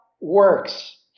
works